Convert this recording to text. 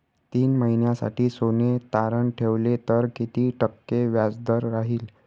तीन महिन्यासाठी सोने तारण ठेवले तर किती टक्के व्याजदर राहिल?